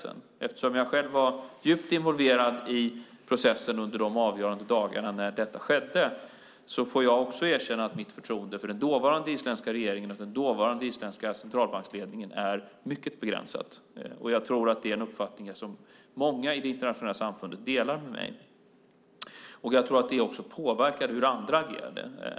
Eftersom jag själv var djupt involverad i processen under de avgörande dagarna när detta skedde får jag också erkänna att mitt förtroende för den dåvarande isländska regeringen och den dåvarande isländska centralbanksledningen är mycket begränsat. Jag tror att det är en uppfattning som många i det internationella samfundet delar med mig. Jag tror att det också påverkade hur andra agerade.